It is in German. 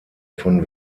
von